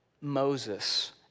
Moses